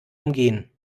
umgehen